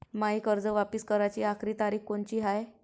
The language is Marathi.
मायी कर्ज वापिस कराची आखरी तारीख कोनची हाय?